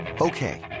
Okay